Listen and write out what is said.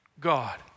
God